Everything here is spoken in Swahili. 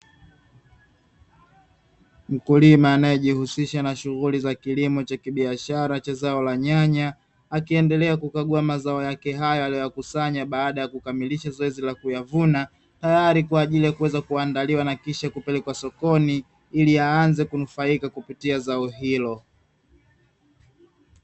Mkulima anayejihusisha na shughuli za kilimo cha kibiashara cha zao la nyanya, akiendelea kukagua mazao yake hayo aliyoyakusanya baada ya kukamilisha zoezi la kuyavuna tayari kwa ajili ya kuweza kuandaliwa na kisha kupelekwa sokoni ili aanze kunufaika kupitia zao hilo.